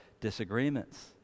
disagreements